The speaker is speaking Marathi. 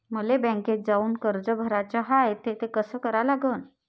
मले बँकेत जाऊन कर्ज भराच हाय त ते कस करा लागन?